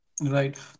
right